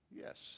Yes